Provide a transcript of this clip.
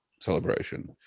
celebration